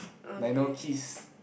like now kids